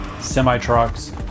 semi-trucks